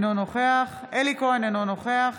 אינו נוכח אלי כהן, אינו נוכח